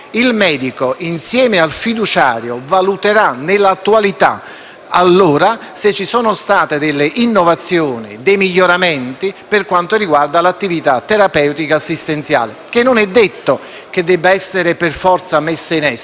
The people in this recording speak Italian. se ci sono state delle innovazioni e dei miglioramenti per quanto riguarda l'attività terapeutica assistenziale, che non è detto debba essere per forza messa in essere perché potrebbe accadere anche l'inverso, colleghi senatori e senatrici.